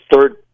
third